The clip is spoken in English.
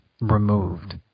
removed